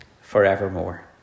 forevermore